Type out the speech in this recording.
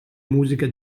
musica